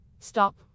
stop